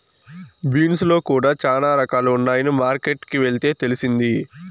beans లో కూడా చానా రకాలు ఉన్నాయని మార్కెట్ కి వెళ్తే తెలిసింది